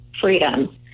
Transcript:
freedom